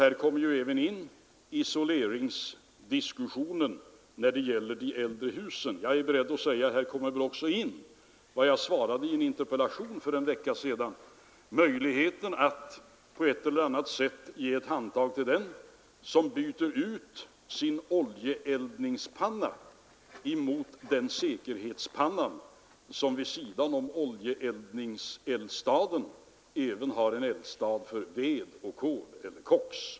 Här kommer även in diskussionen om isolering av de äldre husen. Jag är beredd att säga att här också kommer in vad jag berörde i ett interpellationssvar i förra veckan — möjligheten att på ett eller annat sätt ge ett handtag till den som byter ut sin oljeeldningspanna mot den säkerhetspanna som vid sidan om oljeeldningseldstaden även har en eldstad för ved och kol eller koks.